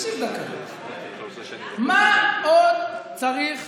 תקשיב דקה, מה עוד צריך